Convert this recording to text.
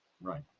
Right